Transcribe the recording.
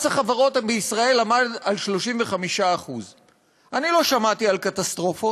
מס החברות בישראל עמד על 35%. אני לא שמעתי על קטסטרופות.